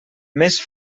més